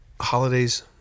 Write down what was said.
holidays